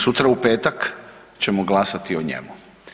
Sutra u petak ćemo glasati o njemu.